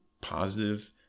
positive